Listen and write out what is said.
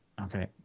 Okay